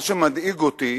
מה שמדאיג אותי